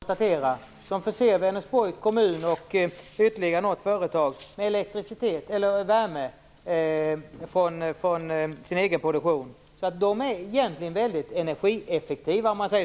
Herr talman! Vargön Alloys är ju ett paradexempel när det gäller god energihushållning, som förser Vänersborgs kommun och ytterligare något företag med värme från sin egen produktion. Det är egentligen väldigt energieffektivt.